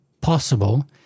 possible